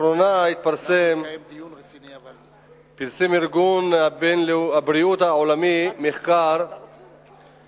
לאחרונה פרסם ארגון הבריאות העולמי מחקר